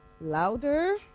Louder